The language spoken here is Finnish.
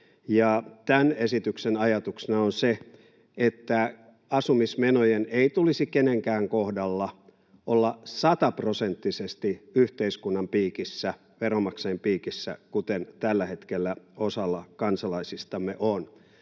tämän esityksen ajatuksena on se, että asumismenojen ei tulisi kenenkään kohdalla olla sataprosenttisesti yhteiskunnan piikissä — veronmaksajien piikissä — kuten tällä hetkellä osalla kansalaisistamme on,